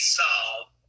solved